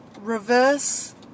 reverse